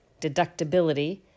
deductibility